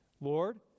Lord